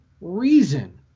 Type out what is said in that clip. reason